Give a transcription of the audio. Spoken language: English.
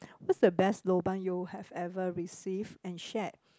what's the best lobang you have ever received and shared